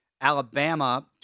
Alabama